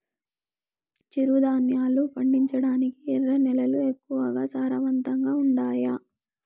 చిరుధాన్యాలు పండించటానికి ఎర్ర నేలలు ఎక్కువగా సారవంతంగా ఉండాయా